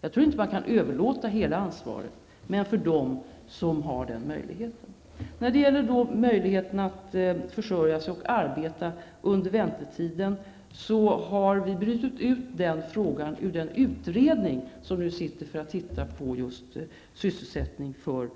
Jag tror inte att det går att överlåta hela ansvaret, men dock till dem som har den möjligheten. Regeringen har brutit ut förslagen om möjligheterna att försörja sig och arbeta under väntetiden ur den utredning som nu ser över frågan om sysselsättning för